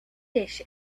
fish